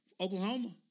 Oklahoma